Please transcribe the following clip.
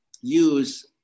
use